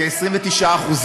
כ-29%.